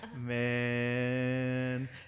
man